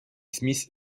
smith